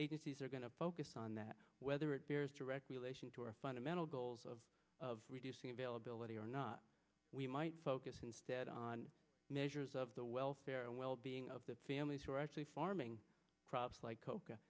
agencies are going to focus on that whether it bears direct relation to our fundamental goals of of reducing availability or not we might focus instead on measures of the welfare and well being of the families who are actually farming crops like